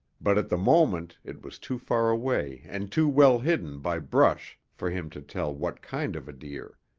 but at the moment it was too far away and too well hidden by brush for him to tell what kind of a deer.